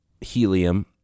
helium